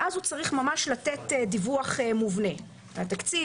ואז הוא צריך לתת דיווח מובנה על התקציב,